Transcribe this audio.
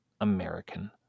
American